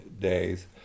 days